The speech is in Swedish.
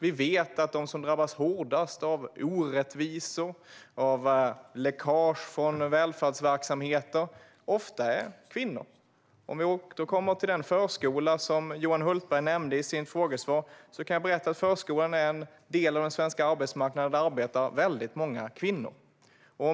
Vi vet att de som drabbas hårdast av orättvisor och av läckage från välfärdsverksamheter ofta är kvinnor. Låt oss återkomma till förskolan, som Johan Hultberg nämnde i sin fråga. Jag kan berätta att förskolan är en del av den svenska arbetsmarknaden där väldigt många kvinnor arbetar.